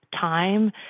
time